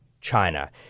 China